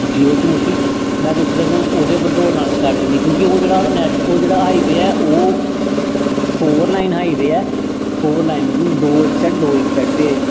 जीवल तों मुट्ठी में सोच्चे दा कि हून ओह्दे पर दौड़ लानी स्टार्ट करनी क्योंकि ओह् जेह्ड़ा नैश्नल ओह् जेह्ड़ा हाईवे ऐ ओह् फोर लाइन हाईवे ऐ फोर लाइन मतलब दो इक सैड दो इक सैड ते